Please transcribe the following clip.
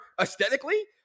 aesthetically